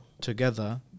together